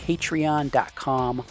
Patreon.com